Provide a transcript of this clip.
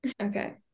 okay